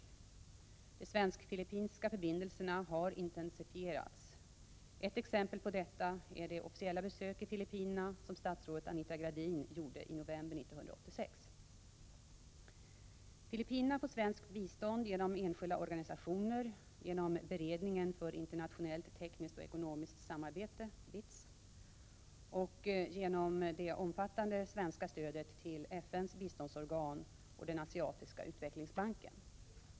De svensk-filippinska — 31 mars 1987 förbindelserna har intensifierats. Ett exempel på detta är det officiella besök i Filippinerna som statsrådet Anita Gradin gjorde i november 1986. Filippinerna får svenskt bistånd genom enskilda organisationer, genom beredningen för internationellt tekniskt-ekonomiskt samarbete och genom det omfattande svenska stödet till FN:s biståndsorgan och Asiatiska utvecklingsbanken.